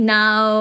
now